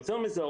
יותר מזה,